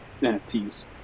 NFTs